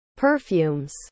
perfumes